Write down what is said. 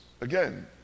Again